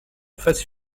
phase